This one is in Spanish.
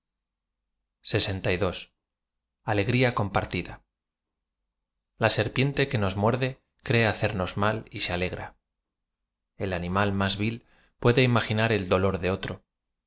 légria compartida l a serpiente que nos muerde cree hacernos m al jr ae alegra el animal más v il puede im aginar el dolor de otro